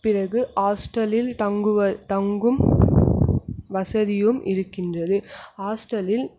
பிறகு ஹாஸ்டலில் தங்குவது தங்கும் வசதியும் இருக்கின்றது ஹாஸ்டலில்